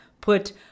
put